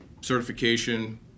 certification